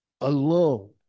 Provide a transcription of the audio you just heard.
alone